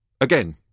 Again